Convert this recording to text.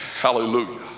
hallelujah